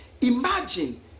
Imagine